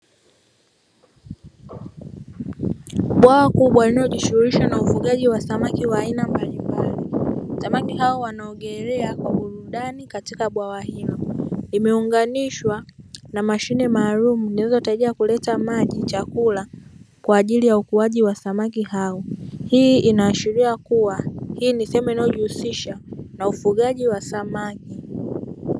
Bwawa kubwa linalojishughulisha na ufugaji wa samaki wa aina mbalimbali. Samaki hao wanaogelea kwa burudani katika bwawa hilo. Limeunganishwa na mashine maalumu zinazotarajiwa kuleta maji, chakula, kwa ajili ya ukuaji wa samaki hao. Hii inaashiria kuwa, hii ni sehemu inayojihusisha na ufugaji wa samaki.